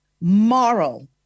moral